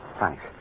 thanks